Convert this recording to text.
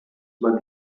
but